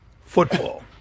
football